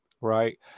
right